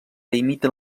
imiten